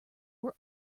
were